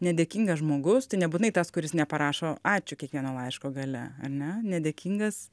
nedėkingas žmogus tai nebūtinai tas kuris neparašo ačiū kiekvieno laiško gale ar ne nedėkingas